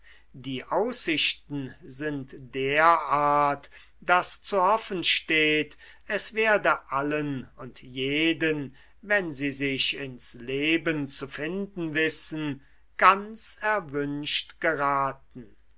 die aussichten sind derart daß zu hoffen steht es werde allen und jeden wenn sie sich ins leben zu finden wissen ganz erwünscht geraten